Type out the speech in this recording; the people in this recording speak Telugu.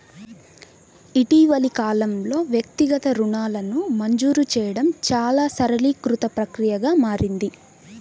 ఇటీవలి కాలంలో, వ్యక్తిగత రుణాలను మంజూరు చేయడం చాలా సరళీకృత ప్రక్రియగా మారింది